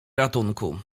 ratunku